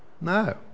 No